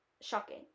Shocking